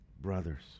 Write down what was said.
brothers